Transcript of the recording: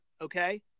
okay